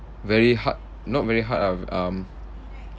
very hard not very hard ah um